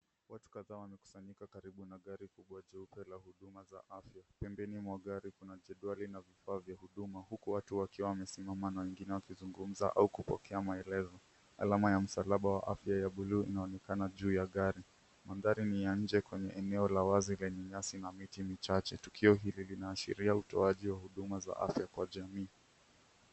Watu kadhaa wamekusanyika karibu na gari kubwa jeupe la huduma za afya. Pembeni mwa gari kuna jedwali na vifaa vya huduma huku watu wakiwa wamesimama na wengine wakizungumza au kupokea maelezo. Alama ya msalaba wa buluu inaonekana juu ya gari. Mandhari ni ya nje kwenye eneo la wazi lenye nyasi na miti michache. Tukio hili linaashiria utoaji wa huduma za afya kwa jamii.